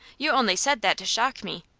you only said that to shock me.